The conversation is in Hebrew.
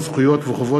זכויות חברתיות),